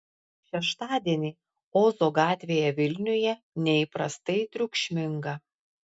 šeštadienį ozo gatvėje vilniuje neįprastai triukšminga